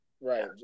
Right